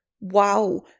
Wow